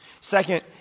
Second